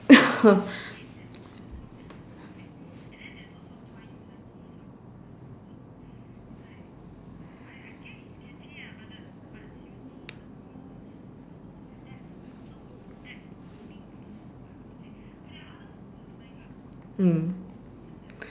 mm